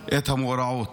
את המאורעות.